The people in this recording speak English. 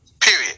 Period